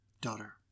daughter